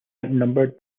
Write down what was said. outnumbered